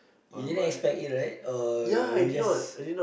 you didn't expect it right or were you just